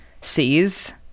sees